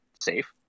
safe